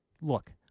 Look